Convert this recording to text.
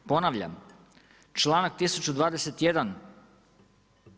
Ponavljam članak 1021.